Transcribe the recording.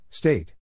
State